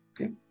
Okay